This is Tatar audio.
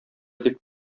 дип